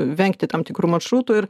vengti tam tikrų maršrutų ir